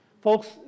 Folks